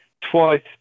twice